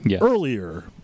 earlier